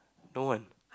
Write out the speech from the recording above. don't want